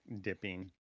dipping